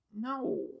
no